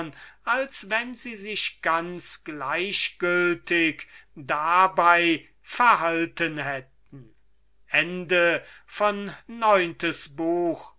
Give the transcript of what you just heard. als wenn sie sich ganz gleichgültig dabei verhalten hätten